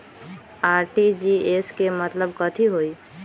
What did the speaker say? RTGS के मतलब कथी होइ?